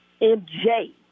MJ